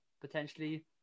potentially